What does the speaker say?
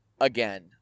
again